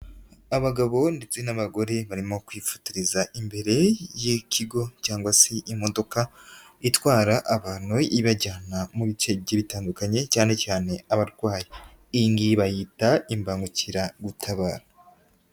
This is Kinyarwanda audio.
Abagabo ndetse n'abagore barimo kwifotoriza imbere y'ikigo cyangwa se imodoka itwara abantu ibajyana mu bicenge bitandukanye cyane cyane abarwayigi, iyi bayita imbangukiragutabara.